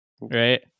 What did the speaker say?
Right